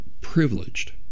Privileged